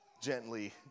gently